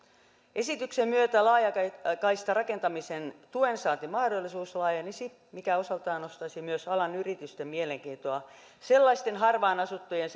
esityksen myötä laajakaistarakentamisen tuensaantimahdollisuus laajenisi mikä osaltaan nostaisi myös alan yritysten mielenkiintoa sellaisten harvaan asuttujen